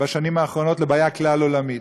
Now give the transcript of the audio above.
לבעיה כלל-עולמית,